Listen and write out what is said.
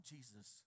Jesus